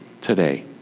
today